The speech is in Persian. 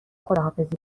خداحافظی